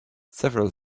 several